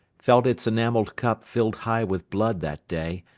felt its enamelled cup filled high with blood that day,